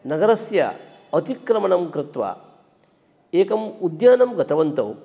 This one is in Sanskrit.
नगरस्य अतिक्रमणङ्कृत्वा एकम् उद्यानं गतवन्तौ